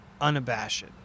unabashed